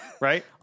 right